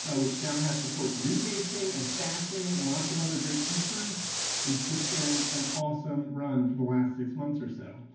ah which now has support for rebasing, and stashing, and lots of other great features. and it's just been an awesome run for the last six months or so.